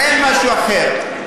אין משהו אחר.